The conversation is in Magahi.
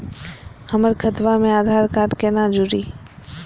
हमर खतवा मे आधार कार्ड केना जुड़ी?